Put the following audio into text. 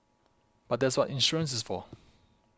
but that's what insurance is for